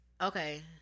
Okay